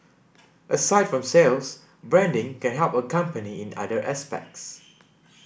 aside from sales branding can help a company in other aspects